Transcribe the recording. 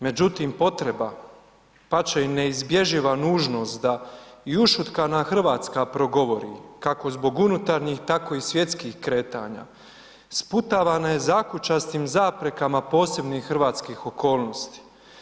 Međutim potreba, pače i neizbježiva nužnost da i ušutkana Hrvatska progovori kako zbog unutarnjih tako i svjetskih kretanja, sputavana je zakučastim zaprekama posebnih hrvatskih okolnosti.